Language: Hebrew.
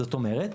זאת אומרת,